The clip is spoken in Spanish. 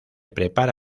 prepara